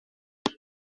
tell